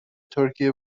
ترکیه